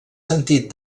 sentit